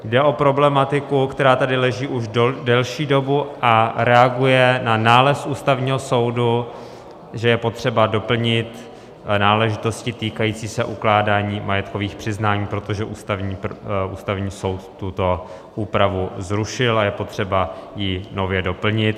Jde o problematiku, která tady leží už delší dobu a reaguje na nález Ústavního soudu, že je potřeba doplnit náležitosti týkající se ukládání majetkových přiznání, protože Ústavní soud tuto úpravu zrušil a je potřeba ji nově doplnit.